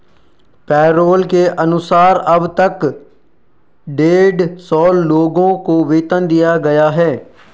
payroll के अनुसार अब तक डेढ़ सौ लोगों को वेतन दिया गया है